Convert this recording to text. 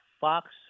Fox